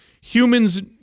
Humans